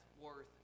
worth